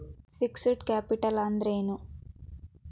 Fixed capital ಅಂದ್ರೇನು?